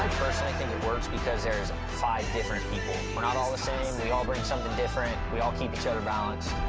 personally think it works because there's five different people. we're not all the same. we all bring something different. we all keep each other balanced.